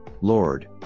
Lord